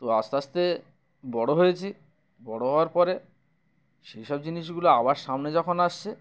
তো আস্তে আস্তে বড় হয়েছি বড় হওয়ার পরে সেই সব জিনিসগুলো আবার সামনে যখন আসছে